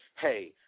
hey